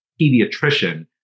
pediatrician